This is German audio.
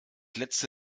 letzte